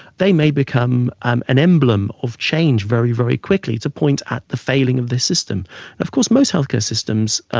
they may become an emblem of change very, very quickly, to point out the failing of their system. and of course most health care systems,